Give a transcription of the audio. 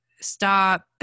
stop